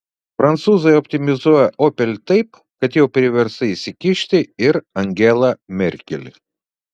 prancūzai optimizuoja opel taip kad jau priversta įsikišti ir angela merkel